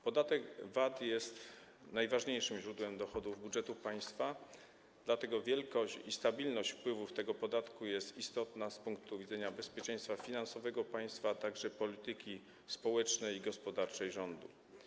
Podatek VAT jest najważniejszym źródłem dochodów budżetu państwa, dlatego wielkość i stabilność wpływów z tego podatku jest istotna z punktu widzenia bezpieczeństwa finansowego państwa, a także polityki społecznej i gospodarczej rządu.